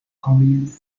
korean